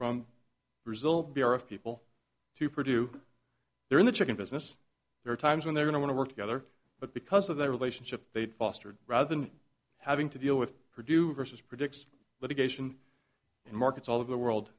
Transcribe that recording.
from brazil of people to purdue they're in the chicken business there are times when they really want to work together but because of their relationship they'd fostered rather than having to deal with produce versus predicts litigation in markets all over the world